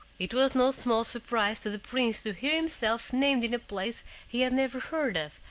it was no small surprise to the prince to hear himself named in a place he had never heard of,